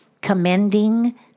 Commending